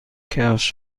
کفش